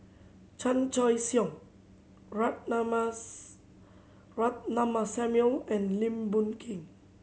Chan Choy Siong Rock Ratnammah Samuel and Lim Boon Keng